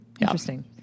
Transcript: Interesting